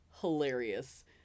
hilarious